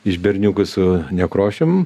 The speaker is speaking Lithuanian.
iš berniukų su nekrošium